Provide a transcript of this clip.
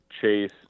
chase